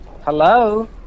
Hello